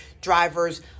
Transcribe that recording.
drivers